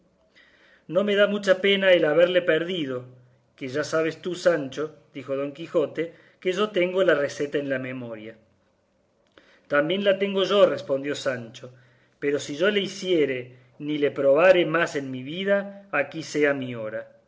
no me da mucha pena el haberle perdido que ya sabes tú sancho dijo don quijote que yo tengo la receta en la memoria también la tengo yo respondió sancho pero si yo le hiciere ni le probare más en mi vida aquí sea mi hora